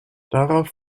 darauf